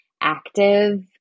active